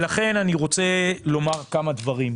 אני רוצה לומר כמה דברים,